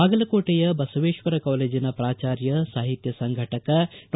ಬಾಗಲಕೋಟೆಯ ಬಸವೇಶ್ವರ ಕಾಲೇಜಿನ ಪ್ರಾಚಾರ್ಯ ಸಾಹಿತ್ಯ ಸಂಘಟಕ ಡಾ